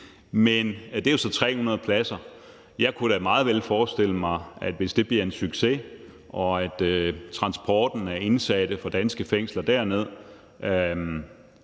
Men det er jo så 300 pladser, og jeg kunne da meget vel forestille mig, at hvis det bliver en succes og transporten af indsatte fra danske fængsler derned